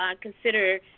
consider